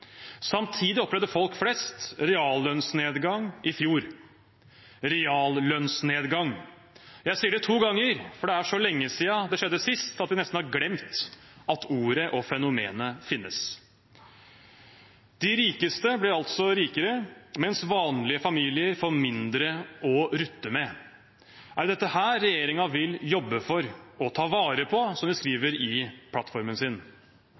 Samtidig opplevde folk flest reallønnsnedgang i fjor – reallønnsnedgang. Jeg sier det to ganger, for det er så lenge siden det skjedde sist at vi nesten har glemt at ordet og fenomenet finnes. De rikeste blir altså rikere, mens vanlige familier får mindre å rutte med. Er det dette regjeringen vil jobbe for å ta vare på, som de skriver i plattformen sin?